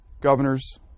governors